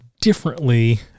differently